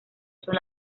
son